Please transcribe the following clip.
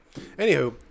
Anywho